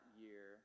year